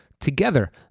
Together